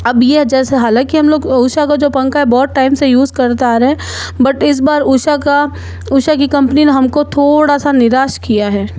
अब ये जैसे हालांकि हम लोग उषा को जो पंखा है बहुत टाइम से यूज़ करते आ रहे हैं बट इस बार उषा का उषा की कंपनी हमको थोड़ा सा निराश किया है